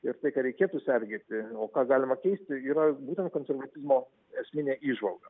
ir tai ką reikėtų sergėti o ką galima keisti yra būtent konservatizmo esminė įžvalga